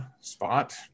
spot